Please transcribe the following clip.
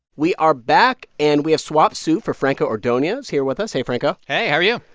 we are back. and we have swapped sue for franco ordonez here with us. hey, franco hey, how are you?